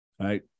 right